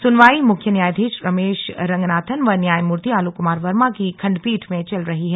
सुनवाई मुख्य न्यायधीश रमेश रमेश रंगनाथन व न्यायमूर्ति आलोक कुमार वर्मा की खंडपीठ में चल रही है